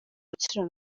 rutsiro